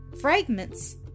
fragments